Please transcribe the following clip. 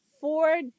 four